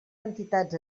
entitats